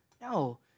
No